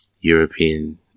European